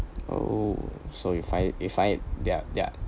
oh so if I if I their their